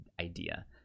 idea